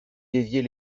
dévier